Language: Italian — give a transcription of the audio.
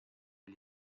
gli